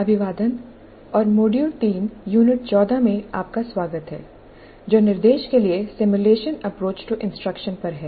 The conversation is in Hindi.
अभिवादन और मॉड्यूल 3 यूनिट 14 में आपका स्वागत है जो निर्देश के लिए सिमुलेशन अप्रोच टू इंस्ट्रक्शन पर है